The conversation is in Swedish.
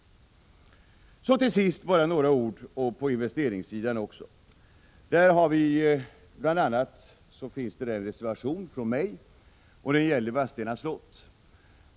Till sist några ord om anslagen till investeringar. Jag har här avgivit en reservation som gäller Vadstena slott.